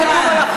את יודעת